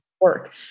work